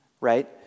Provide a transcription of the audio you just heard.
right